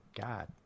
God